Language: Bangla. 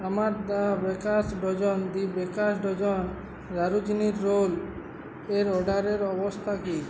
আমার the baker's dozen the baker's dozen দারুচিনির রোল এর অর্ডারের অবস্থা কী